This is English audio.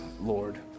lord